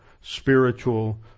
spiritual